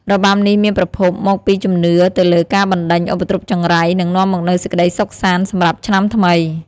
របាំនេះមានប្រភពមកពីជំនឿទៅលើការបណ្តេញឧបទ្រពចង្រៃ និងនាំមកនូវសេចក្តីសុខសាន្តសម្រាប់ឆ្នាំថ្មី។